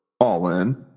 all-in